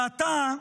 ועתה,